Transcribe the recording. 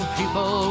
people